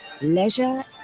leisure